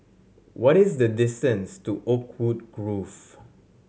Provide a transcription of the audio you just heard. what is the distance to Oakwood Grove